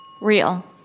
Real